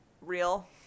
real